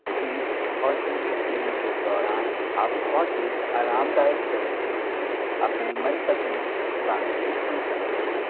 गीत और संगीत सुनने के दौरान आप बहुत ही आरामदायक तरीक़े से अपने मनपसंद गानों को सुन सकते हैं